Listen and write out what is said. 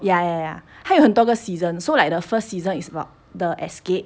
ya ya ya 他有很多个 season so like the first season is about the escape